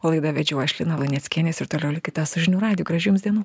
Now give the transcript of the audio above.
o laidą vedžiau aš lina luneckienė ir toliau likite su žinių radiju gražių jums dienų